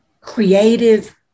creative